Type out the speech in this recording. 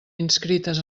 inscrites